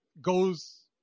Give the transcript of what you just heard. goes